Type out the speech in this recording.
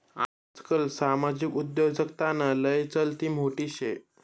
आजकाल सामाजिक उद्योजकताना लय चलती मोठी शे